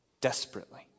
desperately